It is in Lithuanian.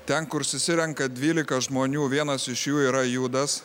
ten kur susirenka dvylika žmonių vienas iš jų yra judas